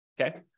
Okay